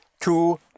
two